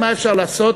מה אפשר לעשות,